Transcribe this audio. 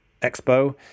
expo